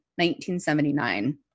1979